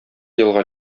елга